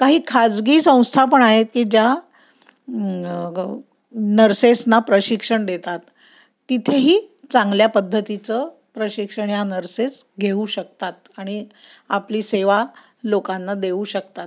काही खाजगी संस्था पण आहेत की ज्या नर्सेसना प्रशिक्षण देतात तिथेही चांगल्या पद्धतीचं प्रशिक्षण या नर्सेस घेऊ शकतात आणि आपली सेवा लोकांना देऊ शकतात